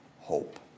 hope